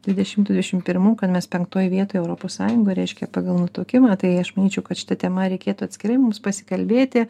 dvidešimtų dvidešimt pirmų kad mes penktoj vietoj europos sąjungoj reiškia pagal nutukimą tai aš manyčiau kad šita tema reikėtų atskirai mums pasikalbėti